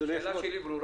סמכות אחת היא של המפקח,